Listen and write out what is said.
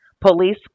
Police